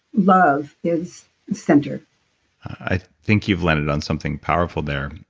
love is center i think you've landed on something powerful there.